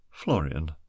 florian